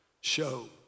show